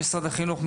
למשרד החינוך,